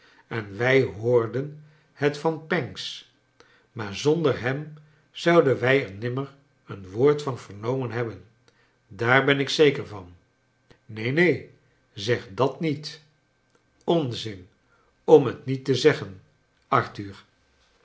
en wij hoorden het van pancks maar zonder hem zouden wij er nimmer een woord van vernomen hebben daar ben ik zeker van neen neen zeg dat niet onzin om het niet te zeggen